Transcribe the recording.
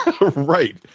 right